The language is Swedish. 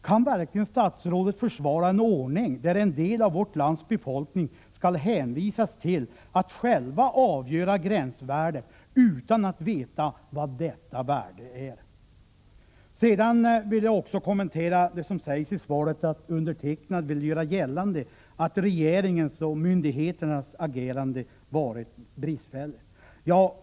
Kan statsrådet verkligen försvara en ordning som innebär att en del av vårt lands befolkning skall hänvisas till att själva avgöra gränsvärdet utan att veta vad detta värde är? Jag vill också kommentera det som sägs i svaret om att jag vill göra gällande att regeringens och myndigheternas agerande har varit bristfälligt.